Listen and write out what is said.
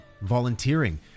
volunteering